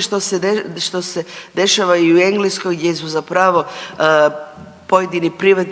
što se de…, što se dešava i u Engleskoj gdje su zapravo pojedini priva…,